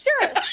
Sure